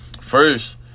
first